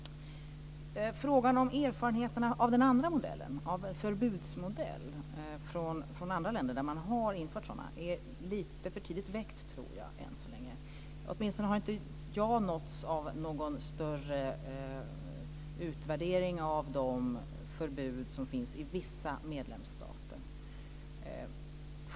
Frågan om erfarenheterna av den andra modellen, en förbudsmodell, från andra länder där man har infört en sådan är nog lite för tidigt väckt. Åtminstone har inte jag nåtts av någon större utvärdering av de förbud som finns i vissa medlemsstater.